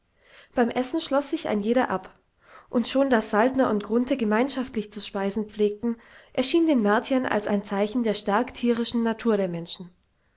beim essen schloß sich ein jeder ab und schon daß saltner und grunthe gemeinschaftlich zu speisen pflegten erschien den martiern als ein zeichen der stark tierischen natur der menschen